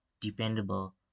dependable